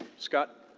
scott?